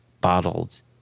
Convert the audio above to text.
bottled